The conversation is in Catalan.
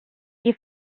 qui